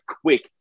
quick